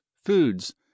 Foods